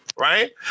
right